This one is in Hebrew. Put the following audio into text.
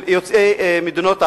של יוצאי מדינות ערב.